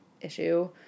issue